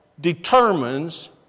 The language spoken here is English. determines